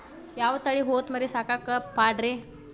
ಯಾವ ತಳಿ ಹೊತಮರಿ ಸಾಕಾಕ ಪಾಡ್ರೇ?